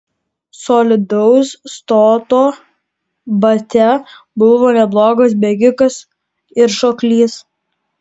solidaus stoto batia buvo neblogas bėgikas ir šoklys